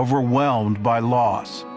overwhelmed by loss.